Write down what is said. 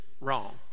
wrong